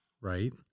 right